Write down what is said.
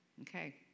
Okay